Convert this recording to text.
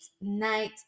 Night